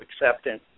acceptance